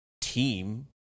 team